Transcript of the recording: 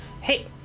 Hey